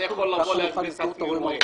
אני יכול להגדיר את עצמי רועה?